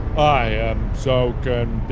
i am so